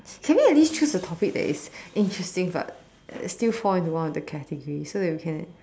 can you at least choose a topic that is interesting but still fall into one of the category so that we can